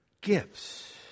gifts